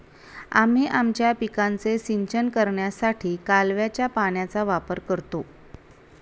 आम्ही आमच्या पिकांचे सिंचन करण्यासाठी कालव्याच्या पाण्याचा वापर करतो